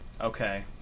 okay